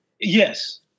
Yes